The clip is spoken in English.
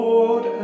Lord